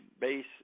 base